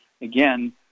Again